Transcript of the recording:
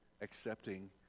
accepting